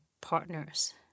partners